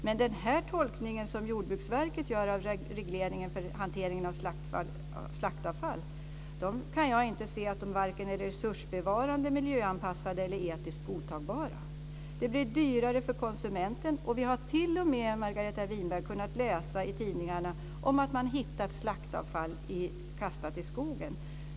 Men den tolkning Jordbruksverket gör av regleringen av hanteringen av slaktavfall är varken resursbevarande, miljöanpassad eller etiskt godtagbar. Det blir dyrare för konsumenten. Vi har t.o.m., Margareta Winberg, kunnat läsa i tidningarna om att man har hittat slaktavfall i skogen.